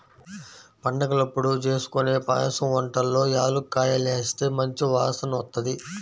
పండగలప్పుడు జేస్కొనే పాయసం వంటల్లో యాలుక్కాయాలేస్తే మంచి వాసనొత్తది